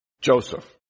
Joseph